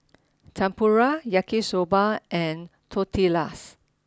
Tempura Yaki Soba and Tortillas